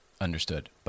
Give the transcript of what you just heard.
Understood